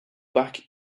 back